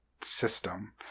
system